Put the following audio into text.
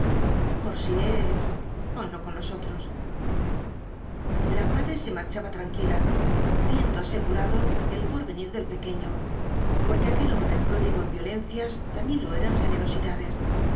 por si es ponió con los otros la madre se marchaba tranquila viendo asegurado el porvenir del pequeño porque aquel hombre pródigo en violencias también lo era en